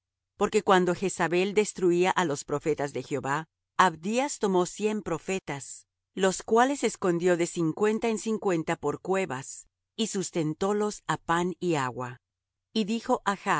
porque cuando jezabel destruía á los profetas de jehová abdías tomó cien profetas los cuales escondió de cincuenta en cincuenta por cuevas y sustentólos á pan y agua y dijo